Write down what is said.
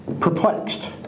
perplexed